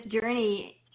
journey